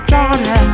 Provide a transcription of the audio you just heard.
Johnny